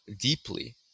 deeply